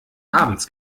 abends